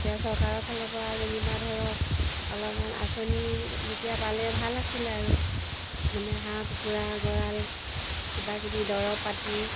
এতিয়া চৰকাৰৰ ফালৰ পৰা যেনিবা ধৰক অলপমান আঁচনি যেতিয়া পালে ভাল আছিলে আৰু মানে হাঁহ কুকুৰা গঁৰাল কিবা কিবি দৰৱ পাতি